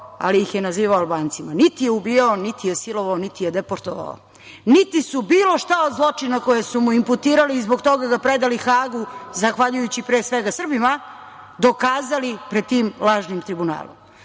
ali ih je nazivao Albancima“. Niti je ubijao, niti je silovao, niti je deportovao, niti su bilo šta od zločina koje su mu imputirali i zbog toga ga predali Hagu, zahvaljujući pre svega Srbima, dokazali pred tim lažnim tribunalom. Znači,